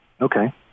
Okay